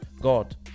God